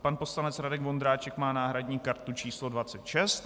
Pan poslanec Radek Vondráček má náhradní kartu č. 26.